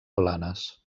blanes